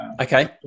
Okay